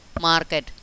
market